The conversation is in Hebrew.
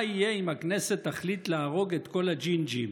יהיה אם הכנסת תחליט להרוג את כל הג'ינג'ים?